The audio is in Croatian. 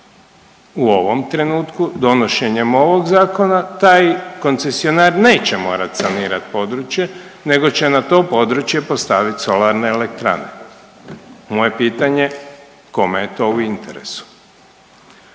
U ovom trenutku donošenjem ovog zakona taj koncesionar neće morat sanirat područje nego će na to područje postaviti solarne elektrane. Moje pitanje kome je to u interesu?